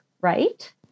Right